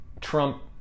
Trump